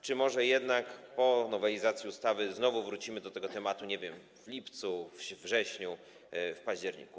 Czy może jednak po nowelizacji ustawy znowu wrócimy do tego tematu, nie wiem, w lipcu, we wrześniu, w październiku?